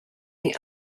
the